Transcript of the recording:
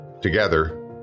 Together